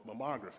mammography